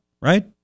right